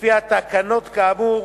לפי התקנות כאמור